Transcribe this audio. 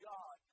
God